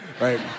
right